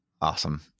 Awesome